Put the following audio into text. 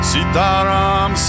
Sitaram